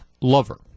lover